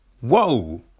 whoa